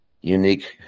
unique